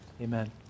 amen